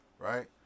Right